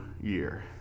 Year